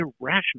irrational